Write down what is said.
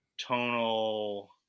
tonal